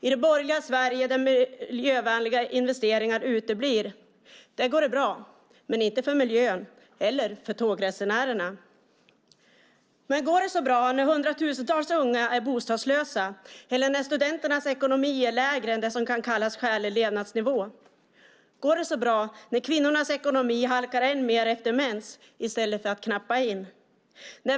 I det borgerliga Sverige där miljövänliga investeringar uteblir går det bra, men inte för miljön eller tågresenärerna. Går det så bra när hundratusentals unga är bostadslösa och när studenternas ekonomi är sämre än vad som kan kallas skälig levnadsnivå? Går det så bra när kvinnornas ekonomi halkar ännu mer efter männens i stället för att knappa in?